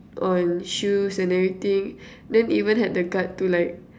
on shoes and everything then even had the gut to like